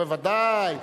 בוודאי.